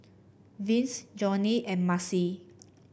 Vince Jonnie and Maci